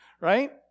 right